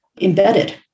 embedded